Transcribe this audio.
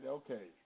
okay